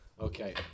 Okay